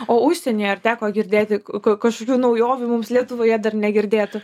o užsienyje ar teko girdėti ka kažkokių naujovių mums lietuvoje dar negirdėtų